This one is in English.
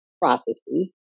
processes